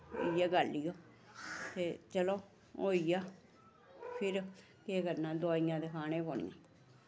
इ'यै गल्ल ही ओह् ते चलो होई गेआ फिर केह् करना दोआइयां ते खाने पौनियां